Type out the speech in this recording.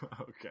Okay